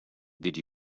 did